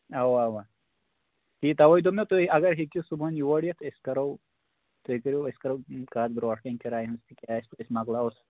اَوا اَو تی تَوَے دوٚپ مےٚ تُہۍ اگر ہیٚکِو صُبحن یوڈ یِتھ أسۍ کَررو تُہۍ کٔرِو أسۍ کَرو کَتھ برونٛٹھ کَنۍ کِرایہِ ہِنٛز تہِ کیٛاہ آسہِ أسۍ مکلاوو